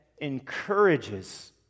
encourages